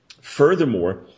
Furthermore